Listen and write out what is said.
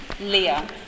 Leah